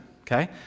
okay